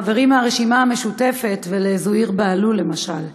לחברים מהרשימה המשותפת ולזוהיר בהלול, למשל.